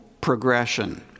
progression